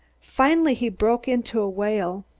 finally he broke into a wail.